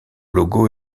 logo